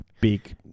beak